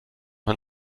man